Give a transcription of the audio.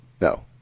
No